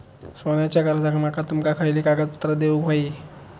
सोन्याच्या कर्जाक माका तुमका खयली कागदपत्रा देऊक व्हयी?